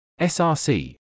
src